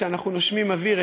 כשאנחנו נושמים אוויר,